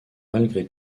malgré